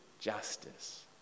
justice